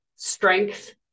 Strength